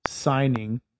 signing